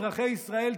אזרחי ישראל,